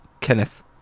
Kenneth